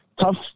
tough